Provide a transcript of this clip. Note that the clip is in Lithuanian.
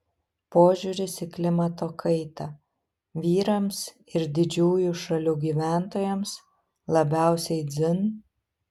požiūris į klimato kaitą vyrams ir didžiųjų šalių gyventojams labiausiai dzin